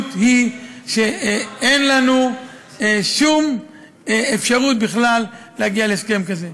המציאות היא שאין לנו שום אפשרות בכלל להגיע להסכם כזה.